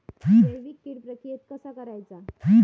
जैविक कीड प्रक्रियेक कसा करायचा?